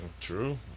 True